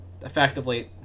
effectively